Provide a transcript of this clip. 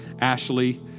Ashley